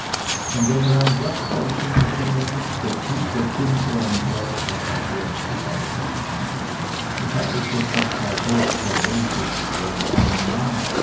und wenn er ein werkholz in die finger nimmt so tut er dumm wie ein herr oder gar wie ein schreiber ich habe mich schon manchmal hoch verredet ich wolle keinen mann